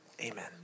amen